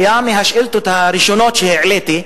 זו היתה מהשאילתות הראשונות שהעליתי,